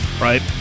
Right